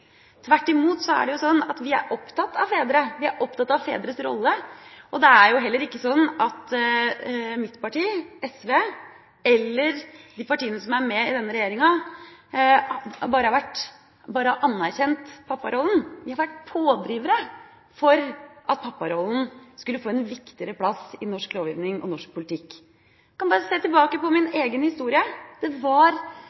Tvert imot er det slik at vi er opptatt av fedre. Vi er opptatt av fedres rolle. Det er heller ikke sånn at mitt parti, SV, eller de partiene som er med i denne regjeringa, bare har anerkjent papparollen. De har vært pådrivere for at papparollen skulle få en viktigere plass i norsk lovgivning og norsk politikk. Man kan bare se tilbake på min